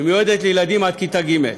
ומיועדת לילדים עד כיתה ג'.